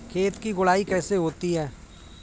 खेत की गुड़ाई कैसे होती हैं?